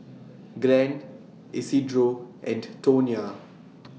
Glen Isidro and Tonya